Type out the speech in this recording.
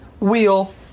Wheel